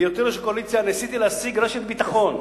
בהיותי ראש הקואליציה ניסיתי להשיג רשת ביטחון.